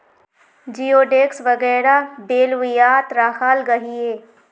जिओडेक्स वगैरह बेल्वियात राखाल गहिये